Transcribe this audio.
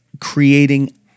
creating